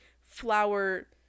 flower